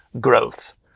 growth